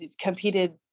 competed